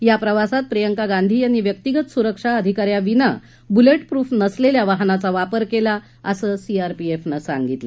या प्रवासात प्रियंका गांधी यांनी व्यक्तीगत सुरक्षा अधिकाऱ्याविना बुलेटप्रुफ नसलेल्या वाहनाचा वापर केला असं सीआरपीएफनं सांगितलं